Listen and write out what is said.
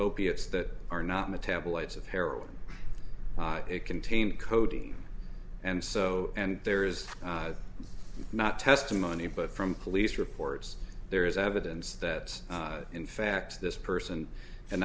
opiates that are not metabolites of heroin it contained coding and so and there is not testimony but from police reports there is evidence that in fact this person and